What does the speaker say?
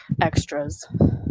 Extras